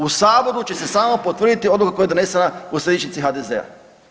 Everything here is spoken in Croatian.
U saboru će se samo potvrditi odluka koja je donesena u središnjici HDZ-a.